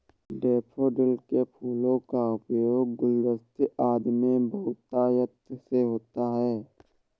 daffodil के फूलों का उपयोग गुलदस्ते आदि में बहुतायत से होता है